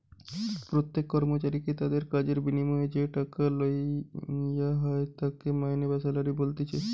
প্রত্যেক কর্মচারীকে তাদির কাজের বিনিময়ে যেই টাকা লেওয়া হয় তাকে মাইনে বা স্যালারি বলতিছে